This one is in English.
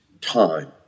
time